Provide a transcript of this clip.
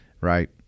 Right